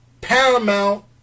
Paramount